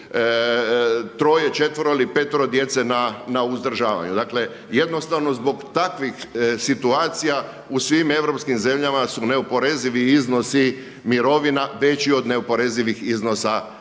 ili petero djece na uzdržavanju. Dakle, jednostavno zbog takvih situacija u svim europskim zemljama su neoporezivi iznosi mirovina veći od neoporezivih iznosa plaća.